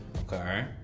Okay